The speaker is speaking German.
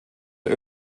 der